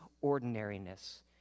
ordinariness